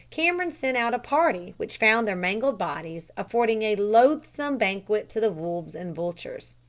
cameron sent out a party which found their mangled bodies affording a loathsome banquet to the wolves and vultures.